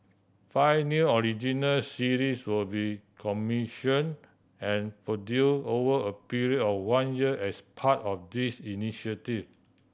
five new original series will be commission and produce over a period of one year as part of this initiative